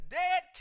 dead